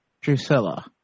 Drusilla